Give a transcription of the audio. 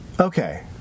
Okay